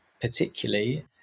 particularly